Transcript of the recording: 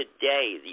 today